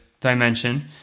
dimension